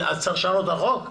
צריך לשנות את החוק?